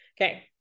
Okay